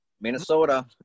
Minnesota